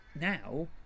now